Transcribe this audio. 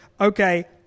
okay